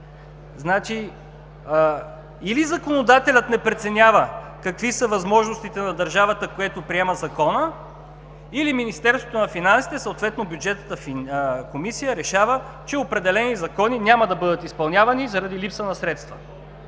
Или законодателят не преценява какви са възможностите на държавата, който приема законът, или Министерството на финансите, съответно Бюджетната комисия решава, че определени закони няма да бъдат изпълнявани заради липса на средства.